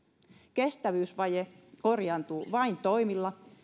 kestävyysvaje korjaantuu vain toimilla